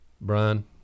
brian